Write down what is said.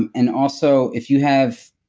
and and also, if you have